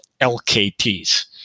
LKTs